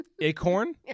Acorn